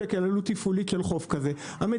עלות תפעולית של חוף כזה זה חצי מיליון שקל,